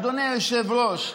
אדוני היושב-ראש,